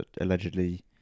allegedly